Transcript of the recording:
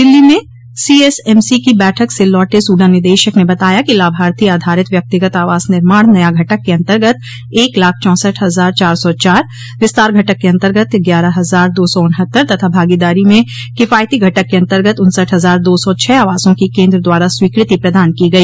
दिल्ली में सीएसएमसी की बैठक से लौटे सूडा निदेशक ने बताया कि लाभार्थी आधारित व्यक्तिगत आवास निर्माण नया घटक के अन्तर्गत एक लाख चौसठ हजार चार सौ चार विस्तार घटक के अन्तर्गत ग्यारह हजार दो सौ उन्हत्तर तथा भागीदारी में किफायती घटक के अन्तर्गत उन्सठ हजार दो सौ छह आवासों की केन्द्र द्वारा स्वीकृति प्रदान की गई